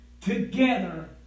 together